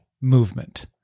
Movement